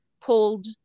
pulled